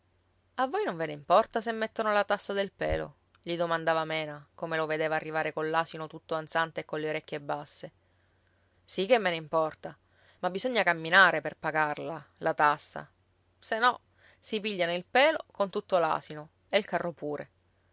a voi non ve ne importa se mettono la tassa del pelo gli domandava mena come lo vedeva arrivare coll'asino tutto ansante e colle orecchie basse sì che me ne importa ma bisogna camminare per pagarla la tassa se no si pigliano il pelo con tutto l'asino e il carro pure